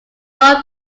rho